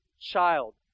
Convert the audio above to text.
child